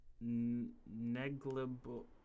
negligible